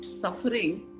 suffering